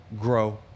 grow